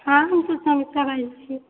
हँ हम सुषमा मिश्रा बाजै छी